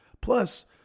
Plus